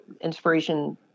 inspiration